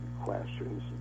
questions